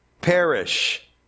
perish